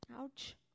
Ouch